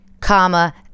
comma